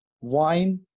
wine